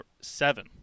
seven